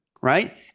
Right